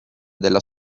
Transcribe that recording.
della